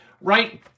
right